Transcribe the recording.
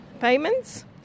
payments